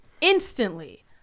instantly